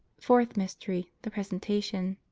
fourth mystery. the presentation.